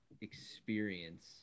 experience